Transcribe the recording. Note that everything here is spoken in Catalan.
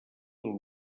del